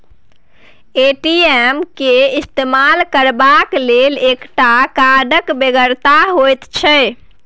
ATM केर इस्तेमाल करबाक लेल एकटा कार्डक बेगरता होइत छै